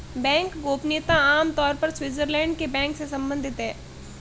bank गोपनीयता आम तौर पर स्विटज़रलैंड के बैंक से सम्बंधित है